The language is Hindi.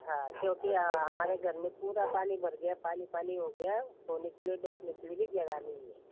हाँ सोचिए हमारे घर में पूरा पानी भर गया पानी पानी हो गया सोने के लिए बेठ ने के लिए भी जगह नहीं है